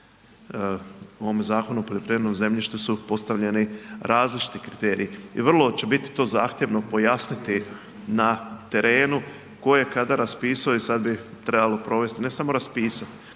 U ovome Zakonu o poljoprivrednom zemljištu su postavljeni različiti kriteriji i vrlo će biti to zahtjevno pojasniti na terenu tko je kada raspisao i sad bi trebalo provesti, ne samo raspisati,